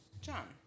John